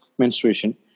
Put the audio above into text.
menstruation